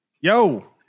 Yo